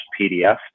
PDF